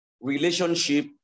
relationship